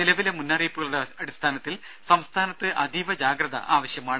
നിലവിലെ മുന്നറിയിപ്പുകളുടെ അടിസ്ഥാനത്തിൽ സംസ്ഥാനത്ത് അതീവ ജാഗ്രത ആവശ്യമാണ്